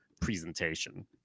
presentation